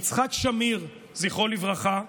יצחק שמיר, זכרו לברכה,